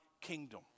kingdom